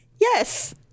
yes